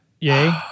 Yay